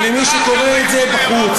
ולמי שקורא את זה בחוץ.